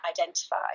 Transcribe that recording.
identify